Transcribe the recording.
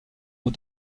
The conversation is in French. aux